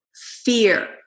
fear